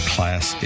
Class